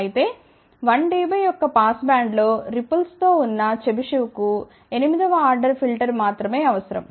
అయితే 1 dB యొక్క pass బ్యాండ్లో రిపుల్స్ తో ఉన్న చెబిషెవ్కు 8 వ ఆర్డర్ ఫిల్టర్ మాత్రమే అవసరం